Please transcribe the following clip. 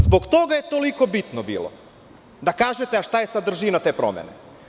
Zbog toga je bilo toliko bitno da kažete šta je sadržina te promene.